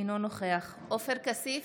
אינו נוכח עופר כסיף,